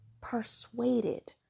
persuaded